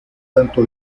tanto